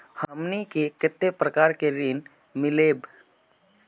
हमनी के कते प्रकार के ऋण मीलोब?